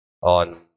on